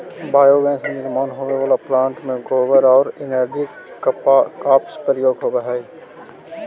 biogas निर्माण होवेला plant में गोबर औउर एनर्जी क्रॉप्स के प्रयोग होवऽ हई